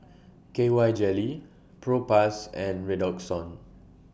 K Y Jelly Propass and Redoxon